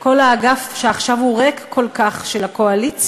כל האגף, שעכשיו הוא ריק כל כך, של הקואליציה,